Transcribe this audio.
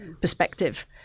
perspective